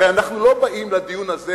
הרי אנחנו לא באים לדיון הזה